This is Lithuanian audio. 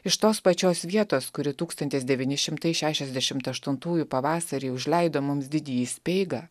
iš tos pačios vietos kuri tūkstantis devyni šimtai šešiasdešimt aštuntųjų pavasarį užleido mums didįjį speigą